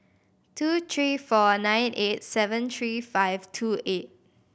two three four nine eight seven three five two eight